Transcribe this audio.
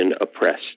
oppressed